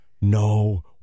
no